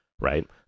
right